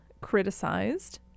criticized